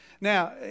Now